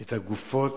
את הגופות.